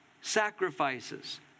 sacrifices